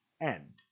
end